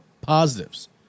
positives